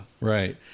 Right